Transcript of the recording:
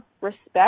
respect